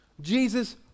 Jesus